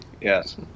Yes